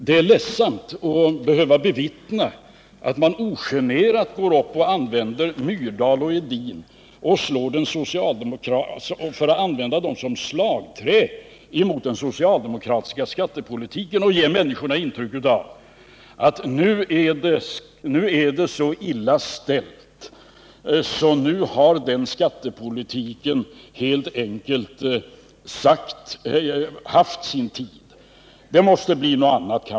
Det är ledsamt att behöva bevittna att man ogenerat går upp och använder Myrdal och Edin som slagträn emot den socialdemokratiska skattepolitiken och därmed ger människorna intrycket att det nu är så illa ställt att den skattepolitiken haft sin tid, att det nu måste bli något annat.